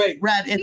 Red